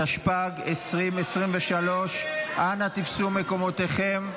התשפ"ג 2023. אנא תפסו את מקומותיכם.